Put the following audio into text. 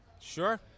Sure